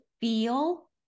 feel